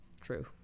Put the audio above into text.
True